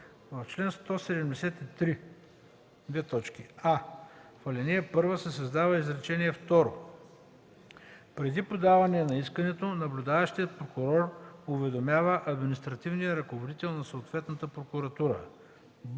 В чл. 173: а) в ал. 1 се създава изречение второ: „Преди подаване на искането наблюдаващият прокурор уведомява административния ръководител на съответната прокуратура.”